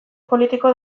politiko